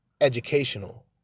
educational